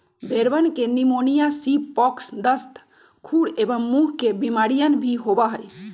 भेंड़वन के pneumonia, sheep pox, दस्त, खुर एवं मुँह के बेमारियन भी होबा हई